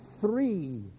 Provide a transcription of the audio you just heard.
three